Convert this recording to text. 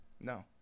No